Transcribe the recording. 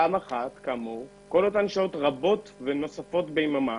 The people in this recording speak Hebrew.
פעם אחת, כאמור, כל אותן שעות רבות ונוספות ביממה